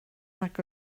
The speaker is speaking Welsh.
nag